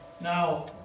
Now